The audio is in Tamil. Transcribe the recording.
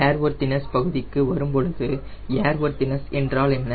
ஏர்வொர்த்தினஸ் பகுதிக்கு வரும் பொழுது ஏர்வொர்த்தினஸ் என்றால் என்ன